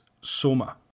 SOMA